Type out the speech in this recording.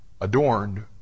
adorned